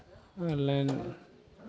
online